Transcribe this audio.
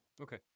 Okay